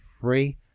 free